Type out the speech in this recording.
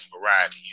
variety